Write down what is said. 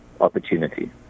opportunity